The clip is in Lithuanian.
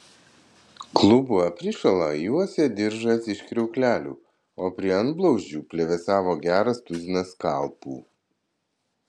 klubų aprišalą juosė diržas iš kriauklelių o prie antblauzdžių plevėsavo geras tuzinas skalpų